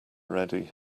ready